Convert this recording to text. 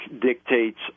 dictates